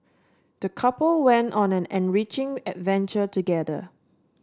the couple went on an enriching adventure together